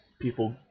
people